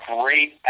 great